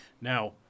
now